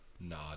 nod